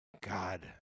god